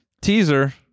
teaser